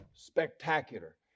Spectacular